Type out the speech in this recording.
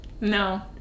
No